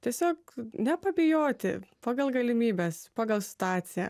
tiesiog nepabijoti pagal galimybes pagal situaciją